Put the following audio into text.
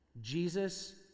Jesus